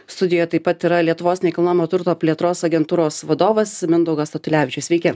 studijoj taip pat yra lietuvos nekilnojamo turto plėtros agentūros vadovas mindaugas statulevičius seiki